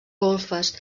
golfes